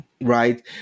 right